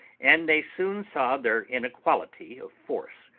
and they soon saw their inequality of force.